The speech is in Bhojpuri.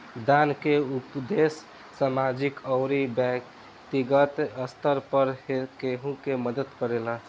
दान के उपदेस सामाजिक अउरी बैक्तिगत स्तर पर केहु के मदद करेला